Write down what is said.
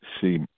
see